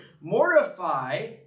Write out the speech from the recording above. mortify